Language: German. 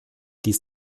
dies